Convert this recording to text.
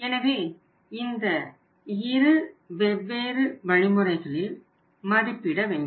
எனவே இந்த இரு வெவ்வேறு வழிமுறைகளில் மதிப்பிட வேண்டும்